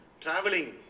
traveling